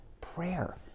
prayer